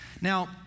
Now